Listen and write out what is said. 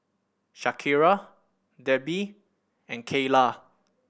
Shakira Debbi and Kyla